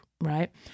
right